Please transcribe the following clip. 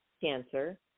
cancer